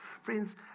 Friends